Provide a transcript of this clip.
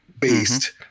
based